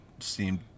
Seemed